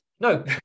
No